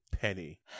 penny